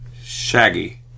shaggy